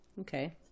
Okay